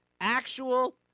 actual